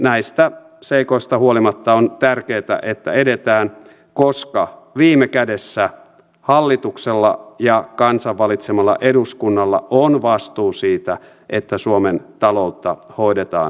näistä seikoista huolimatta on tärkeätä että edetään koska viime kädessä hallituksella ja kansan valitsemalla eduskunnalla on vastuu siitä että suomen taloutta hoidetaan mahdollisimman hyvin